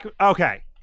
Okay